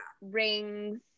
rings